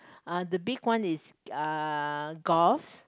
uh the big one is uh Give's